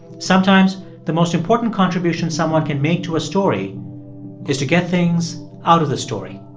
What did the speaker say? sometimes the most important contribution someone can make to a story is to get things out of the story.